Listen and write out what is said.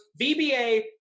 VBA